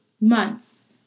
months